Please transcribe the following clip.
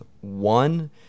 One